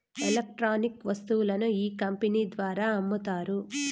electronic వస్తువులను ఈ company ద్వారా అమ్ముతారు